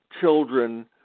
children